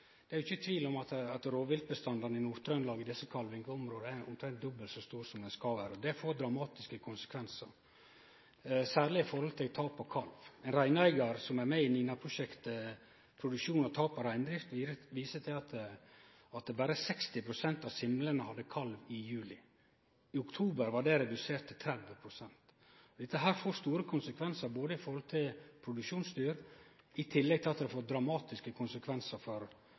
Det er jo ikkje tvil om at rovviltbestandane i Nord-Trøndelag i desse kalvingsområda er omtrent dobbelt så store som dei skal vere. Det får dramatiske konsekvensar, særlig i forhold til tap av kalv. Ein reineigar som er med i NINA-prosjektet om produksjon og tap innan reindrifta, viser til at berre 60 pst. av simlene hadde kalv i juli. I oktober var det redusert til 30 pst. Dette får store konsekvenser for produksjonsdyr, i tillegg til at det får dramatiske konsekvensar for